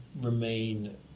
remain